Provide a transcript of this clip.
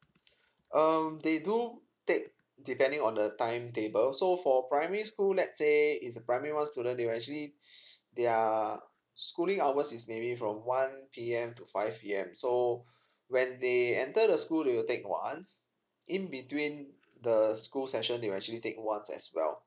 um they do take depending on the timetable so for primary school let's say it's primary one student they will actually their schooling hours is maybe from one P_M to five P_M so when they enter the school they will take once in between the school session they will actually take once as well